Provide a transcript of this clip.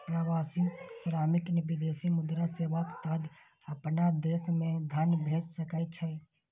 प्रवासी श्रमिक विदेशी मुद्रा सेवाक तहत अपना देश मे धन भेज सकै छै